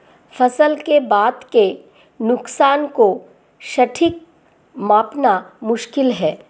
फसल के बाद के नुकसान को सटीक मापना मुश्किल है